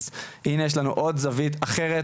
אז הנה יש לנו עוד זווית אחרת,